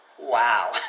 Wow